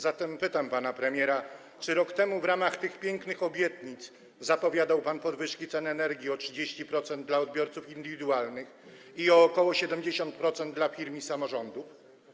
Zatem pytam pana premiera: Czy rok temu w ramach tych pięknych obietnic zapowiadał pan podwyżki cen energii o 30% dla odbiorców indywidualnych i ok. 70% dla firm i samorządów?